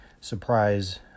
surprise